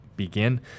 begin